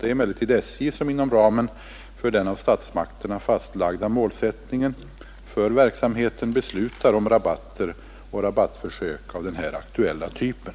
Det är emellertid SJ, som inom ramen för den av statsmakterna fastlagda målsättningen för verksamheten beslutar om rabatter och rabattförsök av den här aktuella typen.